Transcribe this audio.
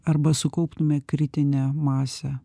arba sukauptume kritinę masę